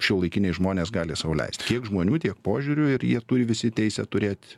šiuolaikiniai žmonės gali sau leist kiek žmonių tiek požiūrių ir jie turi visi teisę turėt